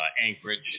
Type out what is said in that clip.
Anchorage